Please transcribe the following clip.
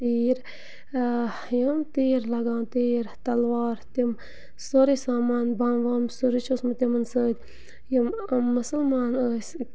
تیٖر یِم تیٖر لَگان تیٖر تَلوار تِم سورُے سامان بَم وَم سورُے چھُ اوسمُت تِمَن سۭتۍ یِم مُسلمان ٲسۍ